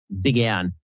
began